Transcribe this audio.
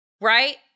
right